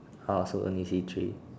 how I also only see three